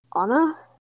Anna